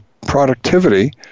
productivity